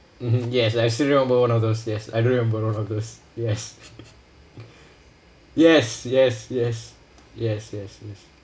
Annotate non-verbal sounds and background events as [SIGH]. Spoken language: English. mmhmm yes I still remember one of those yes I don't remember one of those yes [LAUGHS] yes yes yes yes yes yes